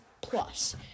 Plus